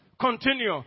Continue